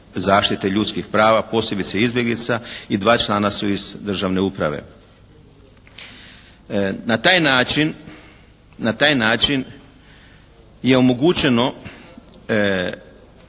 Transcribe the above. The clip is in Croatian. zaštite ljudskih prava, posebice izbjeglica i dva člana su iz državne uprave. Na taj način je omogućeno,